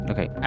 Okay